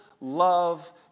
love